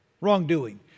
wrongdoing